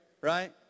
right